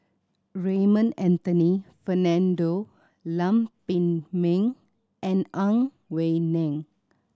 Raymond Anthony Fernando Lam Pin Min and Ang Wei Neng